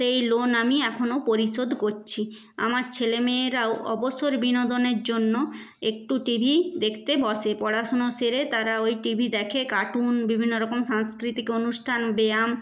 এই লোন আমি এখনো পরিশোধ করছি আমার ছেলে মেয়েরাও অবসর বিনোদনের জন্য একটু টিভি দেখতে বসে পড়াশুনো সেরে তারা ওই টিভি দেখে কার্টুন বিভিন্ন রকম সাংস্কৃতিক অনুষ্ঠান ব্যায়াম